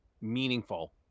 meaningful